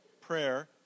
prayer